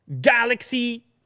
Galaxy